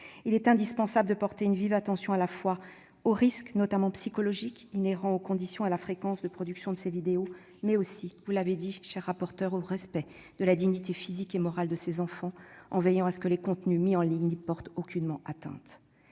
effet indispensable de porter une vive attention aux risques, notamment psychologiques, inhérents aux conditions et à la fréquence de production de ces vidéos, mais aussi- vous l'avez dit, cher rapporteur -au respect de la dignité physique et morale de ces enfants, en veillant à ce que les contenus mis en ligne n'y portent aucunement atteinte.